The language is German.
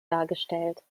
dargestellt